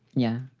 yeah,